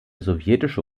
sowjetische